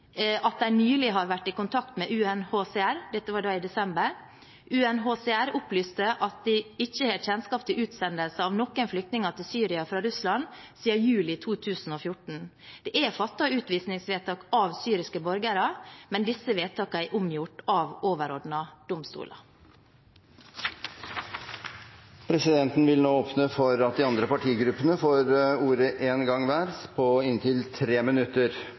at de nylig har vært i kontakt med UNHCR – dette var da i desember. UNHCR opplyste at de ikke har kjennskap til utsendelse av noen flyktninger til Syria fra Russland siden juli 2014. Det er fattet vedtak om utvisning av syriske borgere, men disse vedtakene er omgjort av overordnede domstoler. Presidenten vil nå åpne for at de andre partigruppene får ordet én gang hver i inntil 3 minutter.